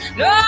no